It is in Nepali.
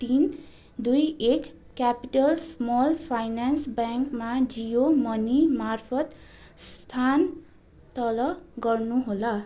तिन दुई एक क्यापिटल स्मल फाइनेन्स ब्याङ्कमा जियो मनी मार्फत स्थान तल गर्नु होला